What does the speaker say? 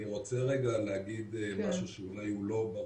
אני רוצה רגע להגיד משהו שאולי הוא לא ברור.